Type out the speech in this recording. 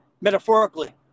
Metaphorically